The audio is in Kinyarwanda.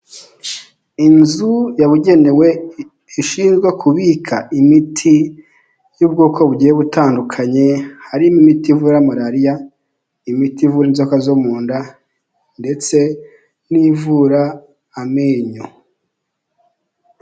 Inzu yabugenewe ishinzwe kubika imiti y'ubwoko bugiye butandukanye, harimo imiti ivura malariya, imiti ivura inzoka zo mu nda ndetse n'ivura amenyo.